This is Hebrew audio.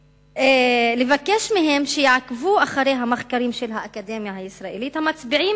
ולבקש מהם שיעקבו אחר המחקרים של האקדמיה הישראלית המצביעים